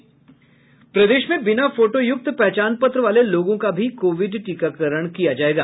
प्रदेश में बिना फोटोयुक्त पहचान पत्र वाले लोगों का भी कोविड टीकाकरण किया जायेगा